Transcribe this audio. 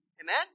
Amen